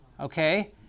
Okay